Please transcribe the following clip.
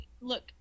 look